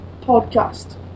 podcast